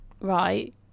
Right